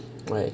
right